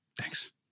thanks